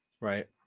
right